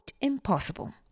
impossible